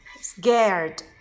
Scared